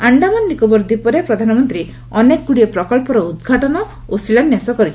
ଆଣ୍ଡାମାନ ନିକୋବର ଦ୍ୱୀପରେ ପ୍ରଧାନମନ୍ତ୍ରୀ ଅନେଗୁଡ଼ିଏ ପ୍ରକଳ୍ପର ଉଦ୍ଘାଟନ ଓ ଶିଳାନ୍ୟାସ କରିଛନ୍ତି